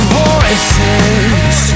voices